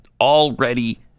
already